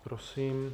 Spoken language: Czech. Prosím.